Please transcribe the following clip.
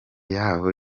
y’aho